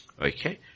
okay